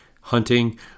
hunting